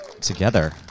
together